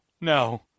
no